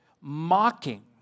mocking